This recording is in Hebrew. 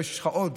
ברגע שיש לך עוד,